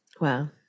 Wow